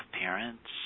parents